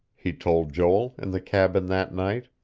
he told joel, in the cabin that night.